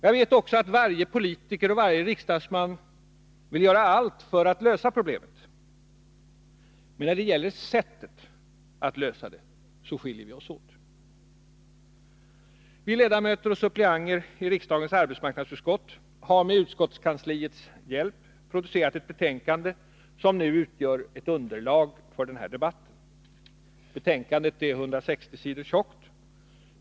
Jag vet också att varje politiker och varje riksdagsman vill göra allt för att lösa problemet, men när det gäller sättet att lösa det skiljer vi oss åt. Viledamöter och suppleanter i riksdagens arbetsmarknadsutskott har med utskottskansliets hjälp producerat ett betänkande som nu utgör ett underlag för den här debatten. Betänkandet är 160 sidor tjockt.